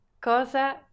Cosa